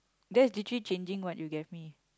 that's literally changing what you gave me